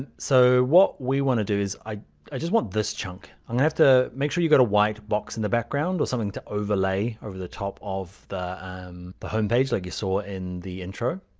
and so what we want to do is, i i just want this chunk. i'm going to have to make sure you got a white box in the background. or something to overlay over the top of the um the home page like you saw in the intro.